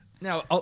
Now